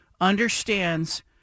Understands